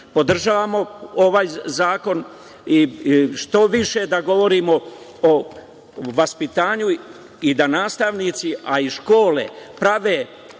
Podržavamo ovaj zakon, i što više da govorimo o vaspitanju i da nastavnici a i škole prave